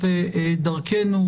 הזה.